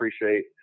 appreciate